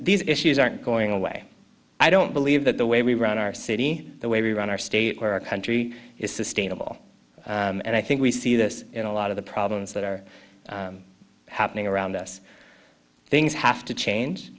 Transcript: these issues aren't going away i don't believe that the way we run our city the way we run our state where our country is sustainable and i think we see this in a lot of the problems that are happening around us things have to change